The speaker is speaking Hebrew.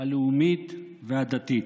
הלאומית והדתית.